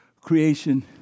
creation